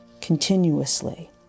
continuously